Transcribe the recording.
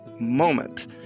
moment